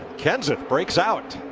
kenseth breaks out.